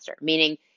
meaning